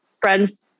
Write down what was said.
friends